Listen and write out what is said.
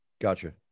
Gotcha